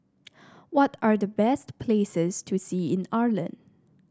what are the best places to see in Iceland